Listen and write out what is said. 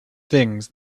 things